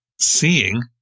seeing